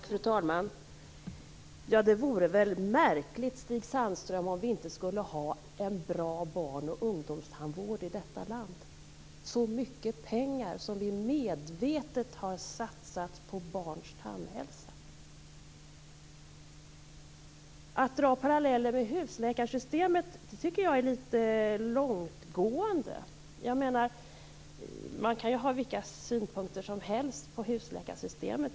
Fru talman! Det vore väl märkligt om vi inte skulle ha en bra barn och ungdomstandvård i detta land med tanke på hur mycket pengar som vi medvetet har satsat på barns tandhälsa. Att dra parallellen med husläkarsystemet tycker jag är litet långsökt. Man kan ha vilka synpunkter som helst på husläkarsystemet.